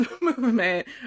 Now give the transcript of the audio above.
movement